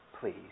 Please